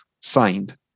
signed